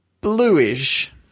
bluish